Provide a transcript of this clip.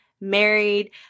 married